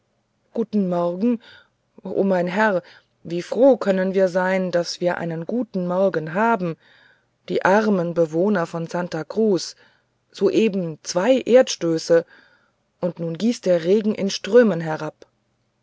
guten morgen o mein herr wie froh können wir sein daß wir einen guten morgen haben die armen bewohner von santa cruz soeben zwei erdstöße und nun gießt der regen in strömen herab